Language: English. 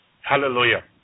Hallelujah